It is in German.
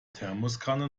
thermoskanne